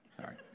Sorry